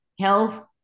health